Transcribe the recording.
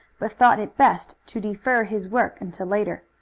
but thought it best to defer his work until later,